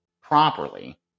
properly